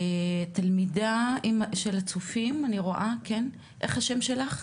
התלמידה של הצופים, אני רואה, מה השם שלך?